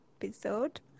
episode